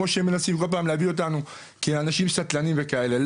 כמו מנסים כל פעם להביא אותנו כאנשים סטלנים וכאלה,